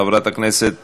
חברת הכנסת שאשא,